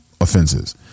offenses